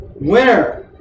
Winner